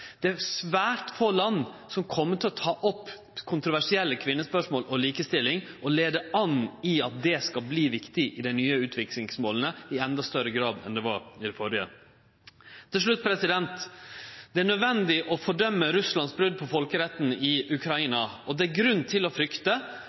Det er svært få land som kjem til å ta opp kontroversielle kvinnespørsmål og likestilling og ta leiinga for at det skal verte viktig i dei nye utviklingsmåla i endå større grad enn det var i dei førre. Til slutt: Det er nødvendig å fordøme Russland for brot på folkeretten i